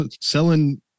selling